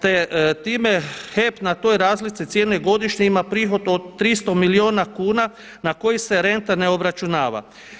Te time HEP na toj razlici cijene godišnje ima prihod od 300 milijuna kuna na koji se renta ne obračunava.